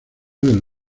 del